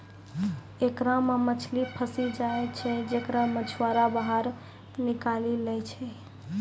एकरा मे मछली फसी जाय छै जेकरा मछुआरा बाहर निकालि लै छै